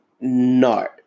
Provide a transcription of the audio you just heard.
No